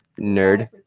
Nerd